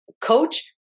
coach